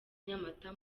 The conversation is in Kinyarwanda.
nyamata